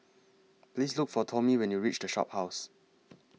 Please Look For Tomie when YOU REACH The Shophouse